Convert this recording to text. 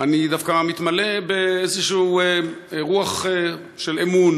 אני דווקא מתמלא באיזו רוח של אמון,